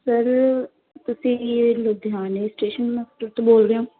sir ਤੁਸੀਂ ਲੁਧਿਆਣੇ station ਤ ਤੋਂ ਬੋਲ ਰਹੇ ਹੋ